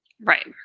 Right